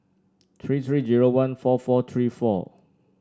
three three zero one four four three four